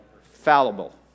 fallible